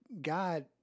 God